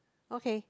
okay